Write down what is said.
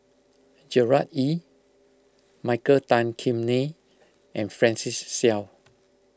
Gerard Ee Michael Tan Kim Nei and Francis Seow